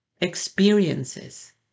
experiences